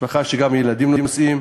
משפחה שבה גם ילדים נוסעים,